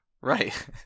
Right